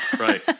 Right